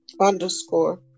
Underscore